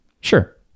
sure